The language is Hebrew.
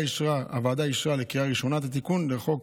אישרה לקריאה ראשונה את התיקון לחוק,